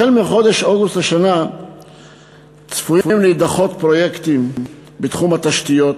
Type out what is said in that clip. החל בחודש אוגוסט השנה צפויים להידחות פרויקטים בתחום התשתיות,